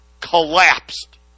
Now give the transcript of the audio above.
collapsed